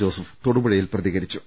Joseph തൊടുപുഴയിൽ പ്രതികരിച്ചു